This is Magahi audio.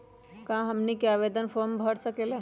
क्या हमनी आवेदन फॉर्म ऑनलाइन भर सकेला?